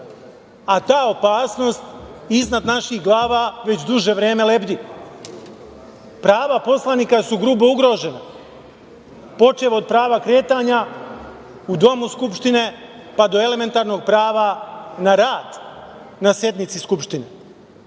a ta opasnost iznad naših glava već duže vreme lebdi. Prava poslanika su grubo ugrožena, počev od prava kretanja u Domu skupštine, pa do elementarnog prava na rad na sednici Skupštine.